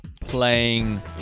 playing